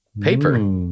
Paper